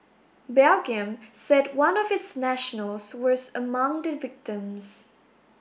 Belgium said one of its nationals was among the victims